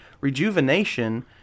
Rejuvenation